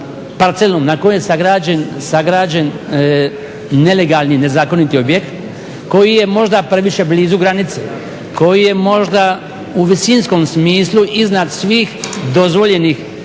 na kojoj je sagrađen nelegalni nezakoniti objekt koji je možda previše blizu granice, koji je možda u visinskom smislu iznad svih dozvoljenih